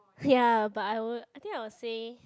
ya but I will I think I will say